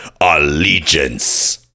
allegiance